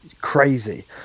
crazy